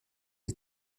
the